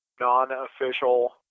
non-official